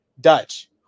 dutch